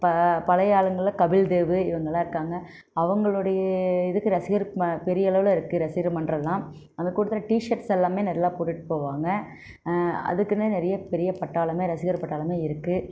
பா பழைய ஆளுங்களை கபில் தேவ் இவங்களா இருக்காங்க அவங்களோடைய இதுக்கு ரசிகர் ம பெரியளவில் இருக்கு ரசிகர் மன்றலாம் அந்த கூட்டத்தில் டீ ஷேர்ட்ஸ் எல்லாமே நல்லா போட்டு போவாங்க அதுக்குன்னு நிறைய பெரிய பட்டாளமே ரசிகர் பட்டாளமே இருக்கு